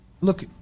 look